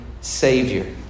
Savior